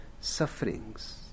sufferings